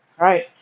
right